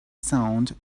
sound